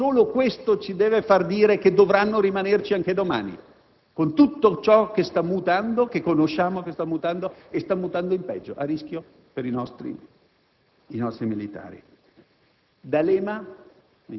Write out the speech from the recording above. in Aghanistan, solo questo ci deve far dire che dovranno rimanerci anche domani», con tutte le situazioni che conosciamo e che stanno mutando in peggio e a rischio per i nostri militari?